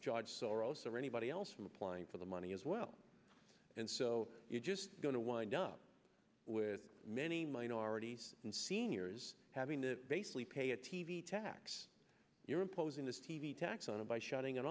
george soros or anybody else from applying for the money as well and so you're just going to wind up with many minorities and seniors having to basically pay a t v tax you're imposing this t v tax on it by shutting